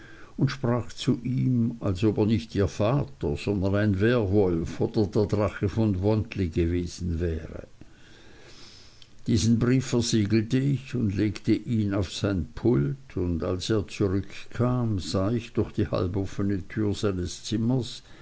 und sprach zu ihm als ob er nicht ihr vater sondern ein wärwolf oder der drache von wantley gewesen wäre diesen brief versiegelte ich und legte ihn auf sein pult und als er zurückkam sah ich durch die halboffne tür seines zimmers